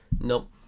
Nope